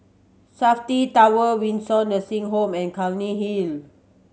Safti Tower Windsor Nursing Home and Clunny Hill